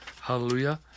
Hallelujah